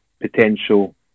potential